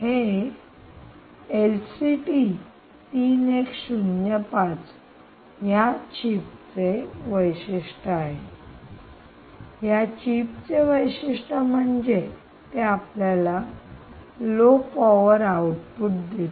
हे एलटीसी 3105 या चिपचे वैशिष्ट्य आहे या चिपचे वैशिष्ट्य म्हणजे ते आपल्याला लो पॉवर आउटपुट देते